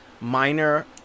Minor